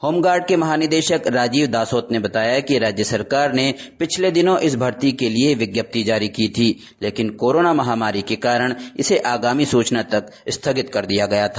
home guards के महानिदेशक राजीव दासोत ने बताया कि राज्य सरकार ने पिछले दिनों इस भर्ती के लिए विज्ञप्ति जारी की थी लेकिन कोरोना महामारी के कारण इसे आगामी सूचना तक स्थगित कर दिया गया था